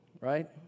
right